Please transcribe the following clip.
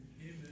Amen